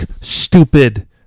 stupid